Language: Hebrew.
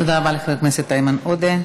תודה רבה לחבר הכנסת איימן עודה.